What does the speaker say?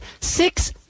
six